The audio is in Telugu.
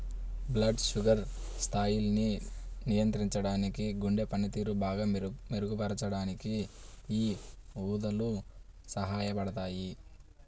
బ్లడ్ షుగర్ స్థాయిల్ని నియంత్రించడానికి, గుండె పనితీరుని బాగా మెరుగుపరచడానికి యీ ఊదలు సహాయపడతయ్యి